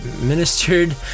ministered